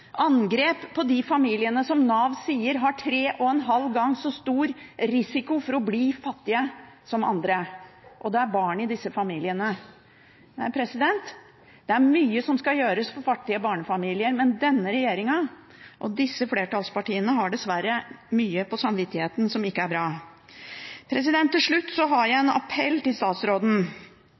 angrep på de familiene som Nav sier har 3,5 ganger så stor risiko som andre for å bli fattige – og det er barn i disse familiene. Det er mye som skal gjøres for fattige barnefamilier, men denne regjeringen og disse flertallspartiene har dessverre mye på samvittigheten som ikke er bra. Til slutt har jeg en appell til statsråden.